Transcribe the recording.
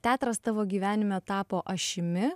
teatras tavo gyvenime tapo ašimi